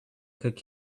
cook